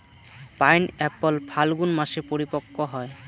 pineapple ফাল্গুন মাসে পরিপক্ব হয়